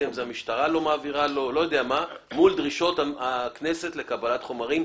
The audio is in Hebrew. אם המשטרה לא מעבירה מול דרישות הכנסת לקבלת חומרים.